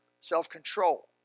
self-control